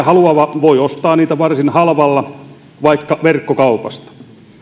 haluava voi ostaa niitä varsin halvalla vaikka verkkokaupasta